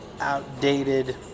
outdated